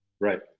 Right